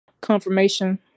confirmation